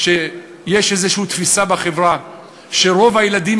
שיש איזושהי תפיסה בחברה שרוב הילדים